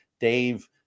dave